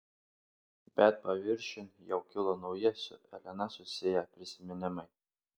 bet paviršiun jau kilo nauji su elena susiję prisiminimai